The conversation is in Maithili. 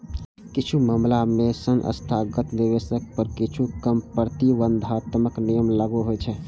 किछु मामला मे संस्थागत निवेशक पर किछु कम प्रतिबंधात्मक नियम लागू होइ छै